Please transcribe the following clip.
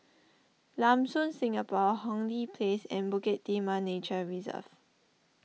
Lam Soon Singapore Hong Lee Place and Bukit Timah Nature Reserve